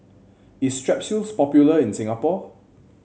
is Strepsils popular in Singapore